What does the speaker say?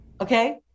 okay